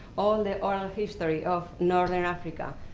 all the oral history of northern africa.